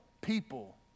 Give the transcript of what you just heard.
people